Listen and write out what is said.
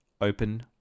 open